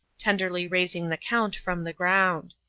tenderly raising the count from the ground.